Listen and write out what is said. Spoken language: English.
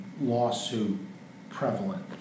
lawsuit-prevalent